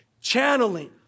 channeling